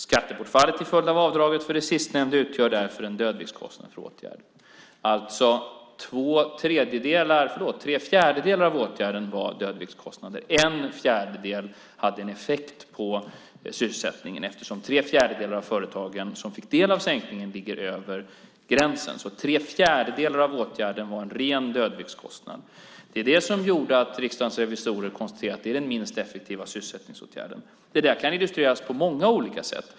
Skattebortfallet till följd av avdraget utgör därför en dödviktskostnad för åtgärd. Tre fjärdedelar av åtgärden var alltså dödviktskostnader. En fjärdedel hade en effekt på sysselsättningen eftersom tre fjärdedelar av de företag som fick del av sänkningen ligger över gränsen. Tre fjärdedelar av åtgärden var alltså en ren dödviktskostnad. Det är detta som gjorde att riksdagens revisorer konstaterade att detta är den minst effektiva sysselsättningsåtgärden. Detta kan illustreras på många olika sätt.